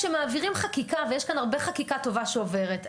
כשמעבירים חקיקה ויש כאן הרבה חקיקה טובה שעוברת,